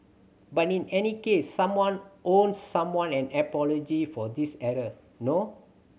but in any case someone owes someone an apology for this error no